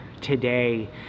today